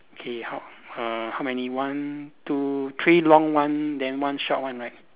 okay how uh how many one two three long one then one short one right